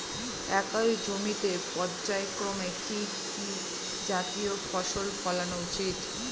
একই জমিতে পর্যায়ক্রমে কি কি জাতীয় ফসল ফলানো উচিৎ?